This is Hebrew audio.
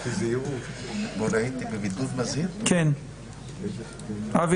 ותודה רבה